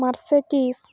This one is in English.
Mercedes